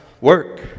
work